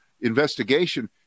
investigation